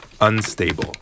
unstable